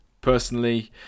Personally